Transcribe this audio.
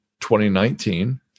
2019